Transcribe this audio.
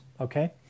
Okay